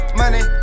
money